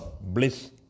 bliss